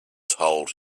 told